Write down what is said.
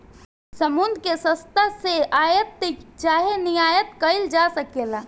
समुद्र के रस्ता से आयात चाहे निर्यात कईल जा सकेला